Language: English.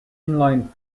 inline